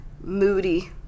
Moody